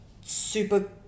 super